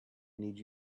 need